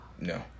No